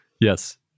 Yes